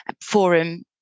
forum